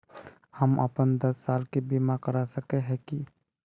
हम अपन दस साल के बीमा करा सके है की?